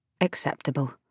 acceptable